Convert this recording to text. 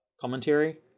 commentary